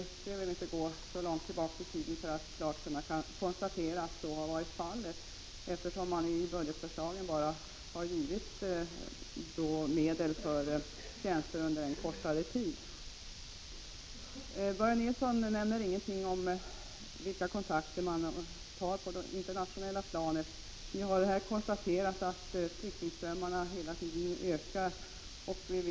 Vi behöver inte gå så långt tillbaka i tiden för att klart kunna konstatera att så har varit fallet, eftersom man i budgetförslagen bara har tagit upp medel till tillfälliga tjänster. Börje Nilsson nämner ingenting om vilka kontakter som tas på det internationella planet. Vi har konstaterat att flyktingströmmarna hela tiden 19 ökar.